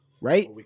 Right